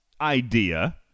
idea